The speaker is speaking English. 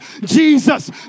jesus